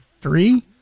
Three